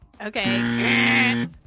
Okay